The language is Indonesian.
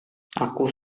aku